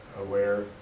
aware